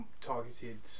targeted